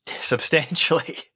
Substantially